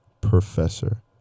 professor